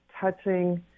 touching